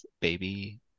baby